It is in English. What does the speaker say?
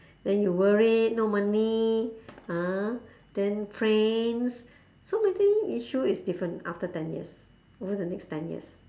then you worried no money ah then friends so many issue is different after ten years over the next ten years